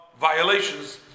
violations